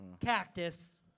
cactus